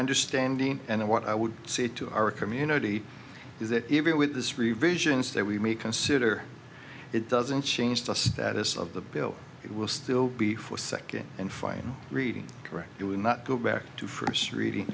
understanding and what i would say to our community is that even with this revisions that we may consider it doesn't change the status of the bill it will still be for second and final reading correct it would not go back to first reading